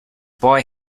boy